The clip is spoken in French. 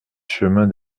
chemin